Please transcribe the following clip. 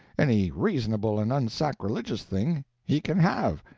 any reasonable and unsacrilegious thing he can have.